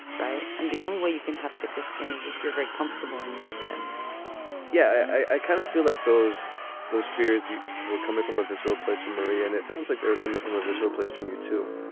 right. and the only way you can have thicker skin is if you're very comfortable in your skin yeah. i kind of feel like those those fears were coming from a visceral place from maria. and it sounds like they were coming from a visceral place from you, too.